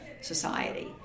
society